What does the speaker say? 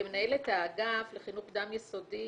כמנהלת האגף לחינוך קדם יסודי